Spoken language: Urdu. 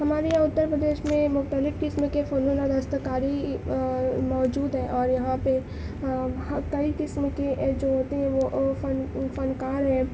ہمارے یہاں اتر پردیش میں مختلف قسم کے فنون اور دستکاری موجود ہیں اور یہاں پہ کئی قسم کے یہ جو ہوتے ہیں وہ فن فنکار ہیں